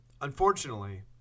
Unfortunately